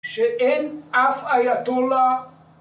שאין אף אייתוללה